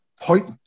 point